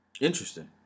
Interesting